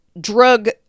drug